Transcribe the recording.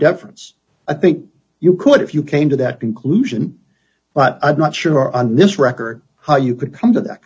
deference i think you could if you came to that conclusion but i'm not sure on this record how you could come to